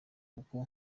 kuko